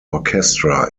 orchestra